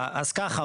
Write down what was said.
אז ככה,